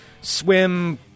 swim